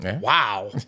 Wow